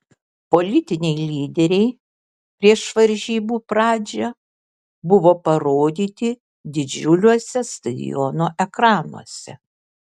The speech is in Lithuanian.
politiniai lyderiai prieš varžybų pradžią buvo parodyti didžiuliuose stadiono ekranuose